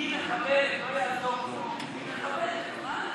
תן להם איזו ברכה, כבוד הרב.